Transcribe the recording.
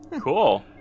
Cool